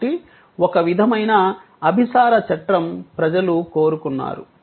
కాబట్టి ఒక విధమైన అభిసార చట్రం ప్రజలు కోరుకున్నారు